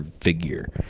figure